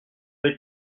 des